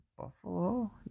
Buffalo